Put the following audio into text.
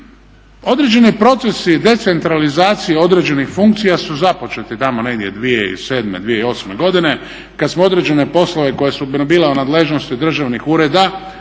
Određeni procesi decentralizacije određenih funkcija su započeti tamo negdje 2007., 2008.godine kada smo određene poslove koje su nam bile u nadležnosti državnih ureda